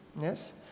yes